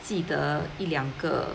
记得一两个